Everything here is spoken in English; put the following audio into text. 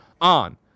on